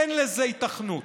אין לזה היתכנות.